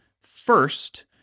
first